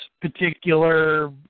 particular